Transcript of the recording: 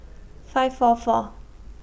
five four four